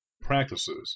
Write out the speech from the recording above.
Practices